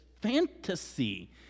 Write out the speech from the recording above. fantasy